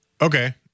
okay